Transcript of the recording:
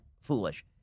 foolish